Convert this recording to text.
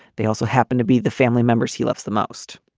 they also happen to be the family members he loves the most,